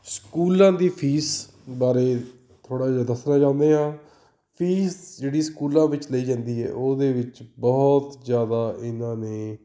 ਸਕੂਲਾਂ ਦੀ ਫੀਸ ਬਾਰੇ ਥੋੜ੍ਹਾ ਜਿਹਾ ਦੱਸਿਆ ਚਾਹੁੰਦੇ ਹਾਂ ਫੀਸ ਜਿਹੜੀ ਸਕੂਲਾਂ ਵਿੱਚ ਲਈ ਜਾਂਦੀ ਹੈ ਉਹਦੇ ਵਿੱਚ ਬਹੁਤ ਜ਼ਿਆਦਾ ਇਹਨਾਂ ਨੇ